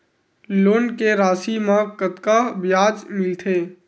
Loan के राशि मा कतका ब्याज मिलथे?